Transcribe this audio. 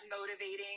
motivating